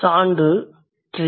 சான்று tree